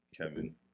Kevin